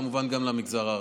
וכמובן גם על המגזר הערבי.